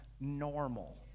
normal